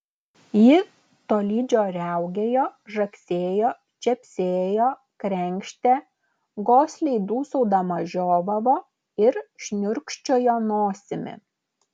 ji tolydžio riaugėjo žagsėjo čepsėjo krenkštė gosliai dūsaudama žiovavo ir šniurkščiojo nosimi